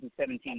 2017